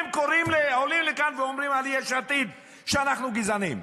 והם עולים לכאן ואומרים על יש עתיד שאנחנו גזענים.